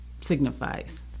signifies